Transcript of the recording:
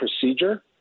procedure